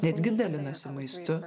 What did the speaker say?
netgi dalinosi maistu